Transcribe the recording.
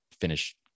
finish